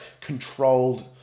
controlled